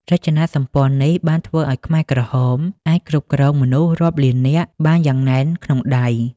រចនាសម្ព័ន្ធនេះបានធ្វើឱ្យខ្មែរក្រហមអាចគ្រប់គ្រងមនុស្សរាប់លាននាក់បានយ៉ាងណែនក្នុងដៃ។